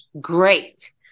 great